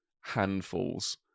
handfuls